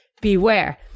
Beware